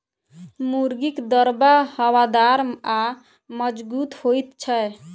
मुर्गीक दरबा हवादार आ मजगूत होइत छै